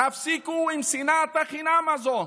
הפסיקו עם שנאת החינם הזאת.